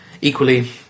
Equally